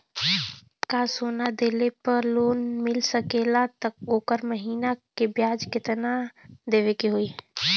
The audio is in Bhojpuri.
का सोना देले पे लोन मिल सकेला त ओकर महीना के ब्याज कितनादेवे के होई?